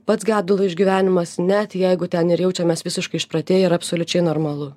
pats gedulo išgyvenimas net jeigu ten ir jaučiamės visiškai išprotėję yra absoliučiai normalu